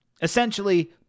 Essentially